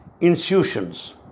institutions